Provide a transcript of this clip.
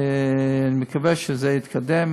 אני מקווה שזה יתקדם,